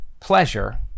pleasure